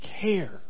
care